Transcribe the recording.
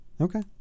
Okay